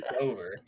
over